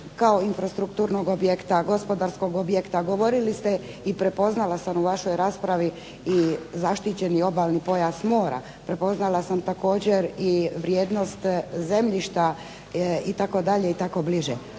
kao infrastrukturnog objekta, gospodarskog objekta, govorili ste i prepoznala sam u vašoj raspravi i zaštićeni obalni pojas mora, prepoznala sam također vrijednost zemljišta itd. i tako bliže.